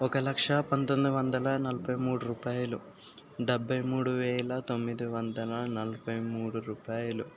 ఒక లక్ష పంతొమ్మిది వందల నలబై మూడు రూపాయలు డెబ్భై మూడు వేల తొమ్మిది వందల నలబై మూడు రూపాయలు